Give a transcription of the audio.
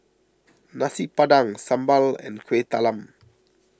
Nasi Padang Sambal and Kuih Talam